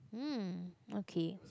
mm okay